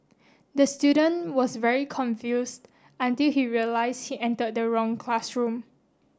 the student was very confused until he realised he entered the wrong classroom